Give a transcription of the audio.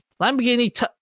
Lamborghini